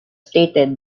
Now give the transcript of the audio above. stated